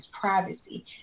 privacy